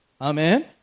Amen